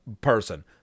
person